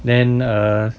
then err